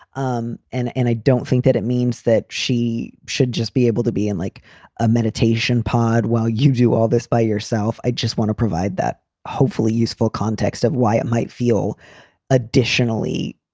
um and and i don't think that it means that she should just be able to be in like a meditation pod while you do all this by yourself. i just want to provide that hopefully useful context of why it might feel additionally